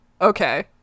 Okay